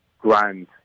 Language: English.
grand